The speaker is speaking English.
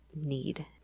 need